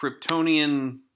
Kryptonian